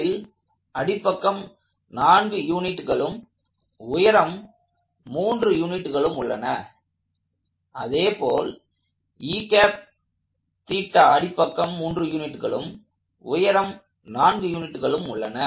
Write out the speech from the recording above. ல் அடிப்பக்கம் 4 யூனிட்களும் உயரம் 3 யூனிட்களும் உள்ளன அதேபோல் அடிப்பக்கம் 3 யூனிட்களும் உயரம் 4 யூனிட்களும் உள்ளன